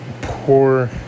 Poor